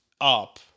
up